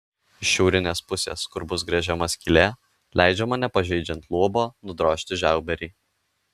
iš šiaurinės pusės kur bus gręžiama skylė leidžiama nepažeidžiant luobo nudrožti žiauberį